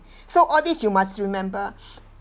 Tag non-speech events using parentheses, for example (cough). (breath) so all these you must remember (breath)